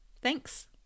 Thanks